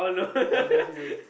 I love you